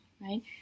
right